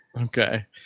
Okay